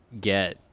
get